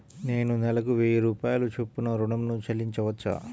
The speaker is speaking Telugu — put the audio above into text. నేను నెలకు వెయ్యి రూపాయల చొప్పున ఋణం ను చెల్లించవచ్చా?